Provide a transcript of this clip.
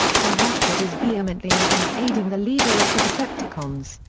though ratchet is vehemently against aiding the leader of the decepticons,